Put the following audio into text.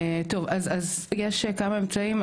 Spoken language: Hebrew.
טוב, אז יש כמה אמצעים.